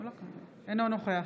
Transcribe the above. נוכח